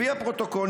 לפי הפרוטוקול,